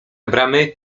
bramy